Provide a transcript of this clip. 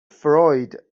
فروید